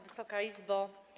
Wysoka Izbo!